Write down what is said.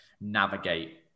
navigate